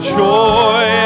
joy